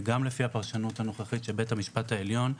וגם לפי הפרשנות הנוכחית של בית המשפט העליון,